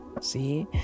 see